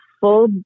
full